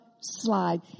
slide